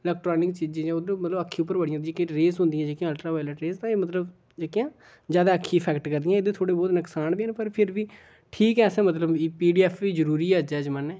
electronic चीजै गी जि'यां मतलब अक्खी उप्पर बड़ी मतलब जेह्ड़ी कि रेज होंदियां जेह्कियां अल्ट्रावायलट रेज ते एह् मतलब जेह्कियां ज्यादा अक्खियें गी ऐफैक्ट करदियां एह्दे कन्नै थुआढ़े बहुत नुक्सान बी हैन पर फिर बी ठीक ऐ असें मतलब पी डी एफ बी जरूरी ऐ अज्जै दे जमाने